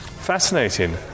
Fascinating